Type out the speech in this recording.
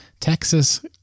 Texas